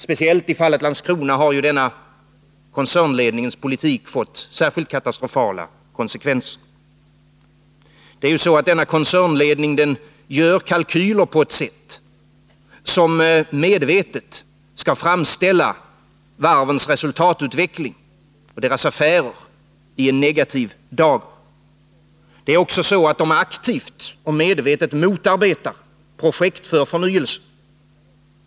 Speciellt i fallet Landskronavarvet har koncernledningens politik fått katastrofala konsekvenser. Denna koncernledning gör kalkyler på ett sätt som medvetet skall framställa varvens resultatutveckling och deras affärer i en negativ dager. Det är också så att den aktivt och medvetet motarbetar projekt för förnyelse.